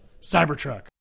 Cybertruck